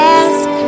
ask